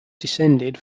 descended